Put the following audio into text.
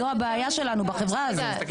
"פרופיילינג" זו הבעיה שלנו בחברה הזאת.